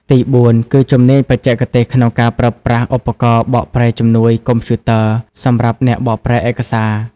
ទីបួន គឺជំនាញបច្ចេកទេសក្នុងការប្រើប្រាស់ឧបករណ៍បកប្រែជំនួយកុំព្យូទ័រ សម្រាប់អ្នកបកប្រែឯកសារ។